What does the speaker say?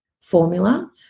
formula